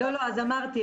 ההנצחה.